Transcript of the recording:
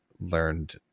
learned